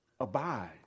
abide